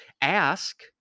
ask